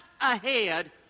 ahead